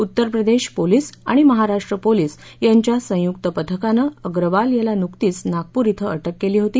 Uttar Pradesh police आणि Maharashtra police यांच्या संयुक्त पथकानं अप्रवाल याला नुकतीच नागपूर ॐ अटक केली होती